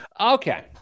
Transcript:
Okay